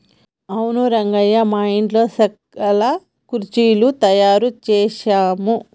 అవును రంగయ్య మా ఇంటిలో సెక్కల కుర్చీలు తయారు చేసాము